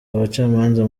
abacamanza